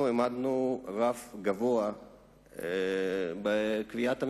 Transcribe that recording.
אנחנו העמדנו רף גבוה בקביעת הממשלה.